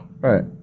right